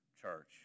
church